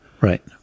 Right